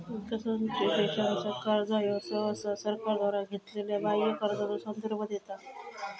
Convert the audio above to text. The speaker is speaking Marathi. विकसनशील देशांचा कर्जा ह्यो सहसा सरकारद्वारा घेतलेल्यो बाह्य कर्जाचो संदर्भ देता